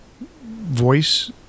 voice